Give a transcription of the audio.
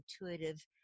intuitive